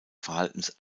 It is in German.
verhaltens